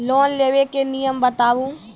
Loan लेबे के नियम बताबू?